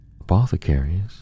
Apothecaries